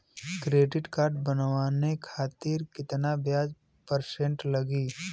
Credit card बनवाने खातिर ब्याज कितना परसेंट लगी?